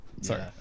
sorry